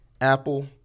Apple